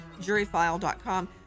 juryfile.com